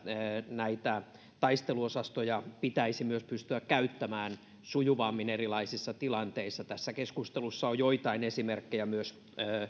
näitä taisteluosastoja pitäisi myös pystyä käyttämään sujuvammin erilaisissa tilanteissa tässä keskustelussa on myös joitain esimerkkejä